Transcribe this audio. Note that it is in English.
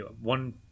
one